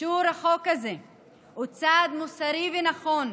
אישור החוק הזה הוא צעד מוסרי ונכון,